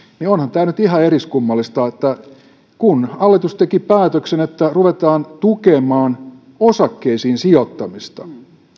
onhan tämä nyt ihan eriskummallista että kun hallitus teki päätöksen että ruvetaan tukemaan osakkeisiin sijoittamista